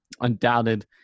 undoubted